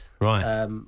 right